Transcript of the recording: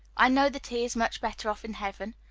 i know that he is much better off in heaven,